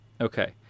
Okay